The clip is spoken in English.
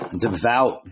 devout